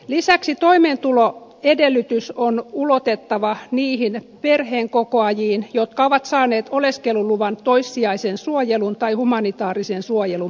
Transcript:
lisäksi toimeentuloedellytys on ulotettava niihin perheenkokoajiin jotka ovat saaneet oleskeluluvan toissijaisen suojelun tai humanitaarisen suojelun perusteella